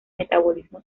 metabolismo